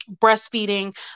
breastfeeding